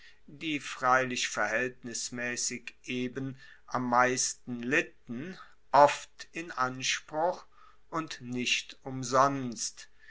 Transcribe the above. die freilich verhaeltnismaessig eben am meisten litten oft in anspruch und nicht umsonst